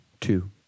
two